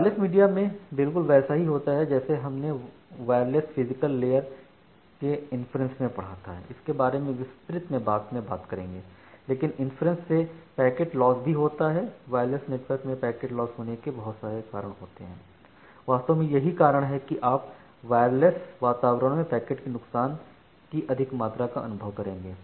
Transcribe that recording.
wireless media में बिल्कुल वैसा ही है जैसा हमने वायरलेस फिजिकल लेयर के इन्फ्रेंस में पढ़ा था इसके बारे में विस्तृत से बाद में बात करेंगे लेकिन इन्फ्रेंस से पैकेट लॉस भी होता है वायरलेस नेटवर्क में पैकेट लॉस होने के बहुत सारे कारण होते हैं वास्तव में यही कारण है कि आप वायरलेस वातावरण में पैकेट के नुकसान की अधिक मात्रा का अनुभव करेंगे